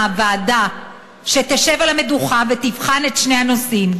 ועדה שתשב על המדוכה ותבחן את שני הנושאים,